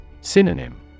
Synonym